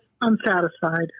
unsatisfied